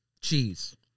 cheese